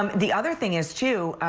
um the other thing is too,